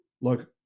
look